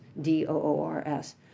D-O-O-R-S